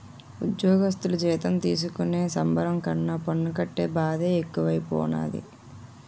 ఉజ్జోగస్థులు జీతం తీసుకునే సంబరం కన్నా పన్ను కట్టే బాదే ఎక్కువైపోనాది